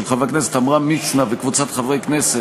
של חבר הכנסת עמרם מצנע וקבוצת חברי הכנסת,